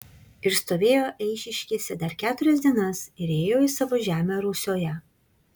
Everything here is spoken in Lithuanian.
ir stovėjo eišiškėse dar keturias dienas ir ėjo į savo žemę rusioje